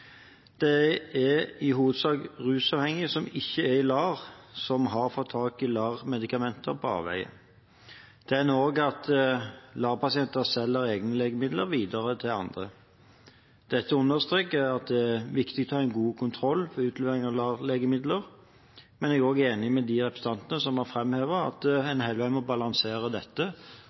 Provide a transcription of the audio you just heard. er i hovedsak rusavhengige som ikke er i LAR, men som har fått tak i LAR-medikamenter på avveie. Det hender også at LAR-pasienter selger egne legemidler videre til andre. Dette understreker at det er viktig å ha en god kontroll ved utlevering av LAR-legemidler. Men jeg er også enig med de representantene som har fremhevet at en må balansere dette